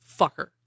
fucker